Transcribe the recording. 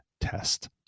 test